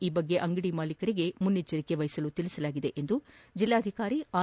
ಈ ಬಗ್ಗೆ ಅಂಗಡಿ ಮಾಲೀಕರಿಗೆ ಮುನ್ನೆಚ್ಚರಿಕೆ ವಹಿಸಲು ತಿಳಿಸಲಾಗಿರ ಎಂದು ಜಿಲ್ಲಾಧಿಕಾರಿ ಆರ್